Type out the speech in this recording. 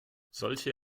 solche